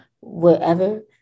wherever